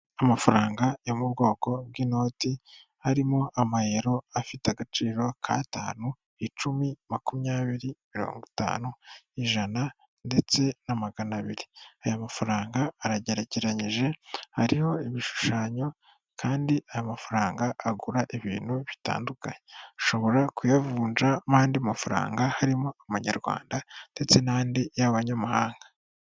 Amafaranga yo mu bwoko bw'inoti harimo amayero afite agaciro k'atanu, icumi, makumyabiri, mirongo itanu, ijana, ndetse na magana abiri. Aya mafaranga aragerekeranyije hariho ibishushanyo, kandi aya mafaranga agura ibintu bitandukanye ashobora kuyavunjamo andi mafaranga harimo amanyarwanda, ndetse n'andi y'abanyamahanga.